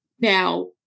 now